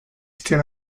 still